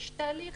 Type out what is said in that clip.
יש תהליך.